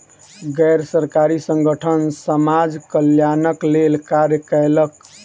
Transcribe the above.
गैर सरकारी संगठन समाज कल्याणक लेल कार्य कयलक